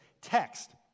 text